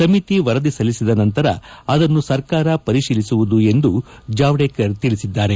ಸಮಿತಿ ವರದಿ ಸಲ್ಲಿಸಿದ ನಂತರ ಅದನ್ನು ಸರ್ಕಾರ ಪರಿಶೀಲಿಸಲಿದೆ ಎಂದು ಜಾವಡೇಕರ್ ತಿಳಿಸಿದ್ದಾರೆ